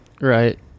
Right